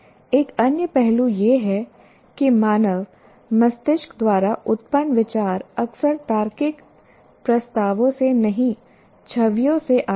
एक अन्य पहलू यह है कि मानव मस्तिष्क द्वारा उत्पन्न विचार अक्सर तार्किक प्रस्तावों से नहीं छवियों से आते हैं